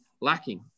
lacking